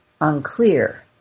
unclear